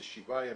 זה שבעה ימים,